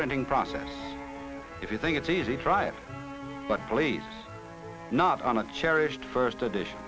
printing process if you think it's easy try it but please not on a cherished first edition